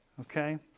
Okay